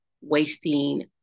wasting